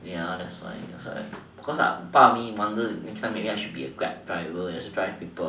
ya that's why that's why cause I part me wonder maybe next time I should be a grab driver and drive people